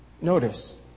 Notice